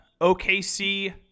OKC